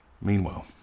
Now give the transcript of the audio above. Meanwhile